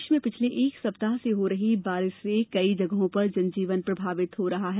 प्रदेश में पिछले एक सप्ताह से हो रही बारिश से कई जगहों पर जनजीवन प्रभावित हो रहा है